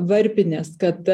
varpinės kad